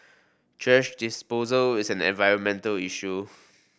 thrash disposal is an environmental issue